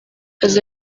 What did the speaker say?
azi